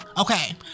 okay